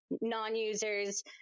non-users